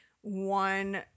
one